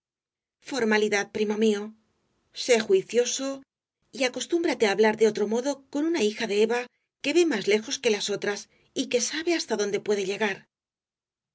formalidad primo mío sé juicioso y acostúmbrate á hablar de otro modo con una hija de eva que ve más lejos que las otras y que sabe hasta dónde puede llegar